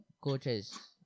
coaches